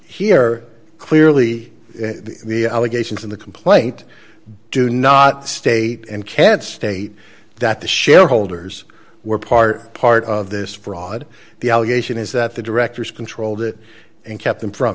here clearly the allegations in the complaint do not state and can't state that the shareholders were part part of this fraud the allegation is that the directors controlled it and kept them from